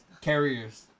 carriers